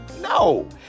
No